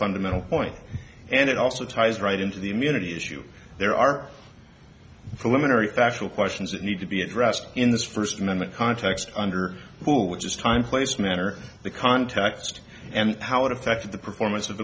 fundamental point and it also ties right into the immunity issue there are preliminary factual questions that need to be addressed in this first amendment context under full which is time place manner the context and how it affected the performance of